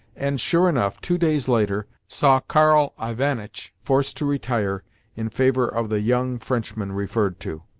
and, sure enough, two days later saw karl ivanitch forced to retire in favour of the young frenchman referred to.